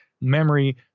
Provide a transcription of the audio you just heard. memory